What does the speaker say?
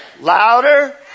Louder